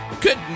Good